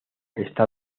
está